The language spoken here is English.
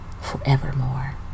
forevermore